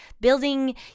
building